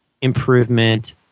improvement